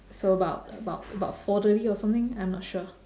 so about about about four thirty or something I'm not sure